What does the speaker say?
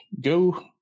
go